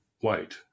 white